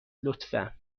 لطفا